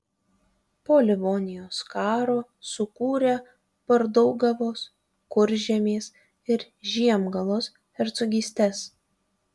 po livonijos karo sukūrė pardaugavos kuržemės ir žiemgalos hercogystes